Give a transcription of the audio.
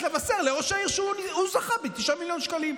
לבשר לראש העיר שהוא זכה ב-9 מיליון שקלים.